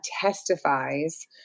testifies